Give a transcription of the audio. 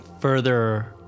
further